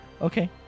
Okay